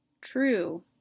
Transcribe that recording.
True